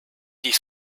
die